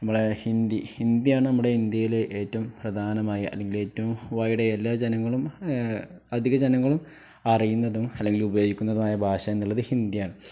നമ്മളെ ഹിന്ദി ഹിന്ദിയാണ് നമ്മുടെ ഇന്ത്യയിലെ ഏറ്റവും പ്രധാനമായ അല്ലെങ്കിൽ ഏറ്റവും വയ്ഡ് എല്ലാ ജനങ്ങളും അധിക ജനങ്ങളും അറിയുന്നതും അല്ലെങ്കിൽ ഉപയോഗിക്കുന്നതുമായ ഭാഷ എന്നുള്ളത് ഹിന്ദിയാണ്